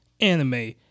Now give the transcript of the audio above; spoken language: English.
anime